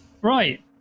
right